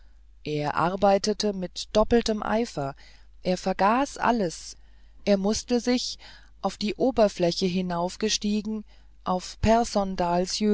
er arbeitete mit verdoppeltem eifer er vergaß alles er mußte sich auf die oberfläche hinaufgestiegen auf